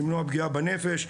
למנוע פגיעה נפש,